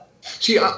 See